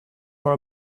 for